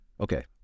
Okay